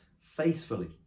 faithfully